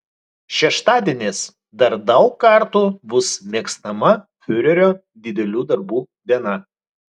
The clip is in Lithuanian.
šeštadienis dar daug kartų bus mėgstama fiurerio didelių darbų diena